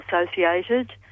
associated